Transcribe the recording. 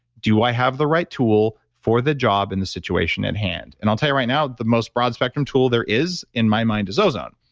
do i have the right tool for the job and the situation at hand? and i'll tell you right now, the most broad spectrum tool there is in my mind is ozone.